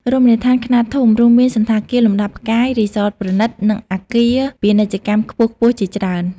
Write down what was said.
រមណីយដ្ឋានខ្នាតធំ រួមមានសណ្ឋាគារលំដាប់ផ្កាយ រីសតប្រណីត និងអគារពាណិជ្ជកម្មខ្ពស់ៗជាច្រើន។